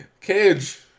Cage